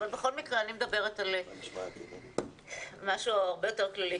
אבל בכל מקרה אני מדברת על משהו הרבה יותר כללי.